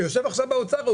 הוא יושב עכשיו באוצר,